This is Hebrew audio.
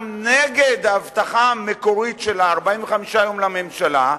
גם נגד ההבטחה המקורית של 45 יום לממשלה,